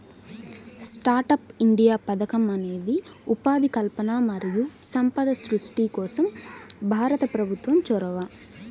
startup India పథకం అనేది ఉపాధి కల్పన మరియు సంపద సృష్టి కోసం భారత ప్రభుత్వం చొరవ